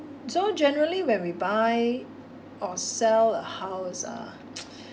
so generally when we buy or sell a house ah